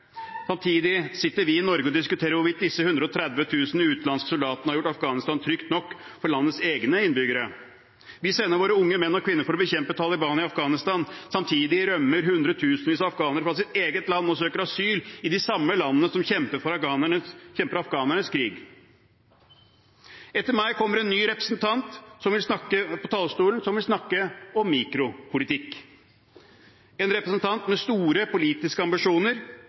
Samtidig sitter vi i Norge og diskuterer hvorvidt disse 130 000 utenlandske soldatene har gjort Afghanistan trygt nok for landets egne innbyggere. Vi sender våre unge menn og kvinner for å bekjempe Taliban i Afghanistan. Samtidig rømmer hundretusenvis av afghanere fra sitt eget land og søker asyl i de samme landene som kjemper afghanernes krig. Etter meg kommer en annen representant på talerstolen, som vil snakke om mikropolitikk, en representant med store politiske ambisjoner,